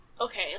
Okay